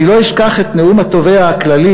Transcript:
אני לא אשכח את נאום התובע הכללי"